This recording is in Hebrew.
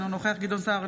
אינו נוכח גדעון סער,